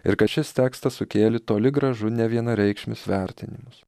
ir kad šis tekstas sukėlė toli gražu nevienareikšmius vertinimus